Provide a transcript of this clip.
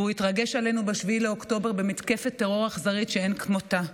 והוא התרגש עלינו ב-7 באוקטובר במתקפת טרור אכזרית שאין כמותה.